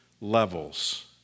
levels